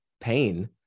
pain